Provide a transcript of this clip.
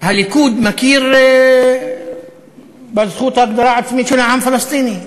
הליכוד מכיר בזכות ההגדרה העצמית של העם הפלסטיני?